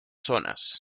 zonas